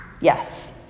Yes